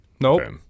nope